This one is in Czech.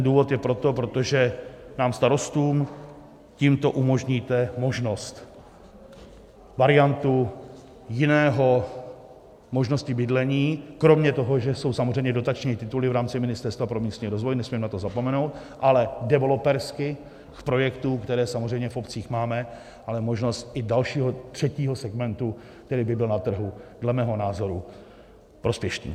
Důvod je proto, protože nám starostům tímto umožníte možnost, variantu jiné možnosti bydlení, kromě toho, že jsou samozřejmě dotační tituly v rámci Ministerstva pro místní rozvoj nesmím na to zapomenout ale developerských projektů, které samozřejmě v obcích máme, ale možnost i dalšího, třetího segmentu, který by byl na trhu dle mého názoru prospěšný.